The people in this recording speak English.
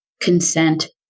consent